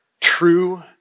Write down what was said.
true